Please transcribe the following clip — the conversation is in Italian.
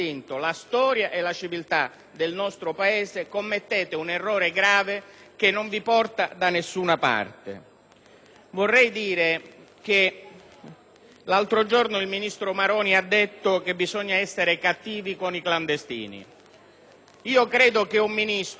parte. L'altro giorno il ministro Maroni ha detto che bisogna essere cattivi con i clandestini. Credo che un Ministro, un Governo, una maggioranza, non debbano essere né buoni né cattivi con nessuno. Devono piuttosto